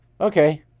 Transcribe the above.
Okay